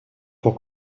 pour